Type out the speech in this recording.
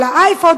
על האייפוד,